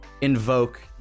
invoke